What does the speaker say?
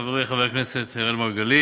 חברי חבר הכנסת אראל מרגלית,